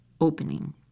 opening